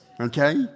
okay